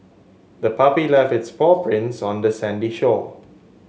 the puppy left its paw prints on the sandy shore